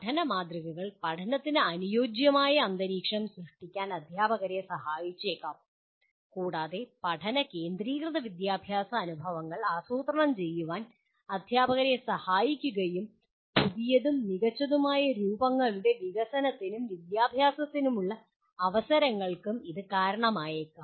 പഠന മാതൃകകൾ പഠനത്തിന് അനുയോജ്യമായ അന്തരീക്ഷം സൃഷ്ടിക്കാൻ അധ്യാപകരെ സഹായിച്ചേക്കാം കൂടാതെ പഠന കേന്ദ്രീകൃത വിദ്യാഭ്യാസ അനുഭവങ്ങൾ ആസൂത്രണം ചെയ്യാൻ അധ്യാപകരെ സഹായിക്കുകയും പുതിയതും മികച്ചതുമായ രൂപങ്ങളുടെ വികസനത്തിനും വിദ്യാഭ്യാസത്തിനുള്ള അവസരങ്ങൾക്കും ഇത് കാരണമായേക്കാം